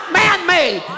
man-made